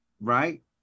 right